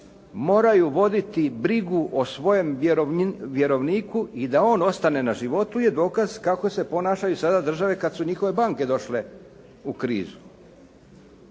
moraju voditi brigu o vjerovniku i da on ostane na životu je dokaz kako se ponašaju sada države kada su njihove banke došle u krizu.